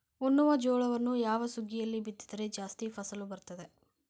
ಉಣ್ಣುವ ಜೋಳವನ್ನು ಯಾವ ಸುಗ್ಗಿಯಲ್ಲಿ ಬಿತ್ತಿದರೆ ಜಾಸ್ತಿ ಫಸಲು ಬರುತ್ತದೆ?